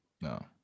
No